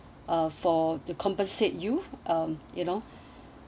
uh for the compensate you um you know